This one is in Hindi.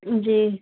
जी